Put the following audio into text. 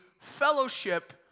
fellowship